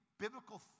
Biblical